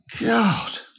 God